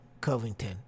Covington